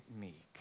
meek